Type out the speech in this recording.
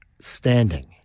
Standing